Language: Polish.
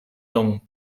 domu